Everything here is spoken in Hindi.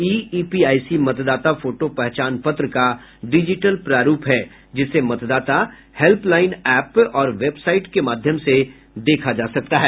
ई ईपीआईसी मतदाता फोटो पहचान पत्र का डिजिटल प्रारूप है जिसे मतदाता हेल्पलाइन ऐप और वेबसाइट के माध्यम से देखा जा सकता है